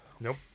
Nope